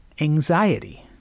anxiety